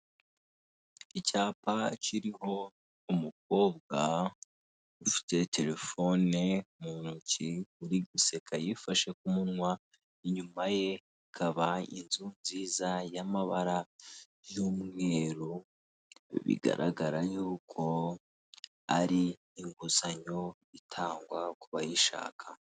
Icyapa akiririho umukobwa ufite telefone mu ntoki uri guseka yifashe ku munwa inyuma ye hakaba inzu nziza y'amabara y'umweru bigaragara y'uko ari inguzanyo itangwa ku bayishaka.